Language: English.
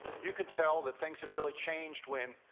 you could tell that things had really changed when,